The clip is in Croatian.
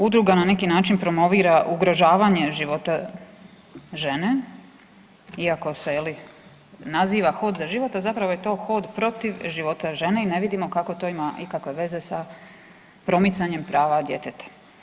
Udruga na neki način promovira ugrožavanje života žene iako se naziva „Hod za život“, a zapravo je to hod protiv života žene i ne vidimo kako to ima ikakve veze sa promicanjem prava djeteta.